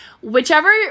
whichever